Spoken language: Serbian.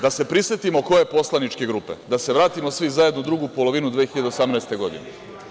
Da se prisetimo koje poslaničke grupe, da se vratimo svi zajedno u drugu polovinu 2018. godine.